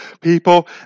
people